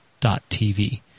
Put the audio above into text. TV